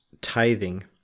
tithing